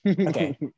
okay